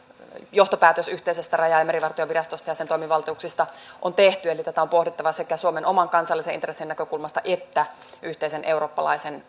johtopäätös yhteisestä raja ja merivartiovirastosta ja sen toimivaltuuksista on tehty eli tätä on pohdittava sekä suomen oman kansallisen intressin näkökulmasta että yhteisen eurooppalaisen